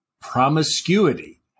promiscuity